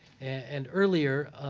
and earlier,